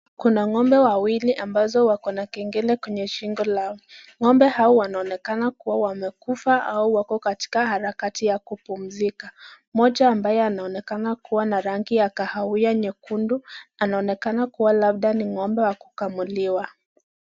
Kuna ng'ombe wawili ambazo wako na kengele kwenye shingo lao.Ng'ombe hawa wanaonekana kuwa wamekufa ama wako harakati za kupumzika moja kuwa na rangi ya kahiwa nyekundu ,anaonekana kuwa labda ni ng'ombe wa kukamuliwa.